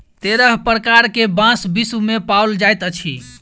तेरह प्रकार के बांस विश्व मे पाओल जाइत अछि